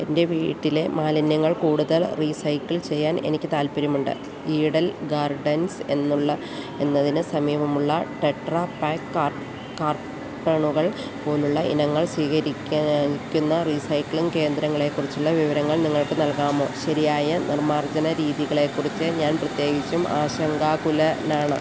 എൻ്റെ വീട്ടിലെ മാലിന്യങ്ങൾ കൂടുതൽ റീസൈക്ക്ൾ ചെയ്യാൻ എനിക്ക് താല്പര്യമുണ്ട് ഈഡൽ ഗാർഡൻസ് എന്നുള്ള എന്നതിന് സമീപമുള്ള ടെട്രാ പേ കാർ കാർട്ടണുകൾ പോലുള്ള ഇനങ്ങൾ സ്വീകരിക്കാൻ നിൽക്കുന്ന റീസൈക്ക്ളിംഗ് കേന്ദ്രങ്ങളെ കുറിച്ചുള്ള വിവരങ്ങൾ നിങ്ങൾക്ക് നൽകാമോ ശരിയായ നിർമാർജന രീതികളെ കുറിച്ചു ഞാൻ പ്രത്യേകിച്ചും ആശങ്കാകുലനാണ്